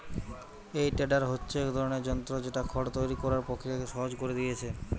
এই টেডার হচ্ছে এক ধরনের যন্ত্র যেটা খড় তৈরি কোরার প্রক্রিয়াকে সহজ কোরে দিয়েছে